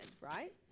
right